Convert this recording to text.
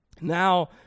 Now